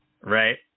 Right